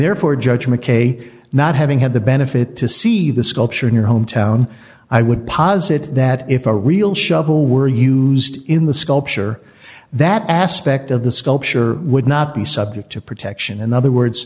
therefore judge mckay not having had the benefit to see the sculpture in your hometown i would posit that if a real shovel were used in the sculpture that aspect of the sculpture would not be subject to protection in other words